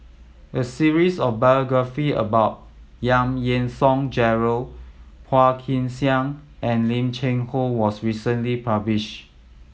a series of biography about Yang Yean Song Gerald Phua Kin Siang and Lim Cheng Hoe was recently published